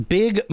big